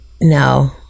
No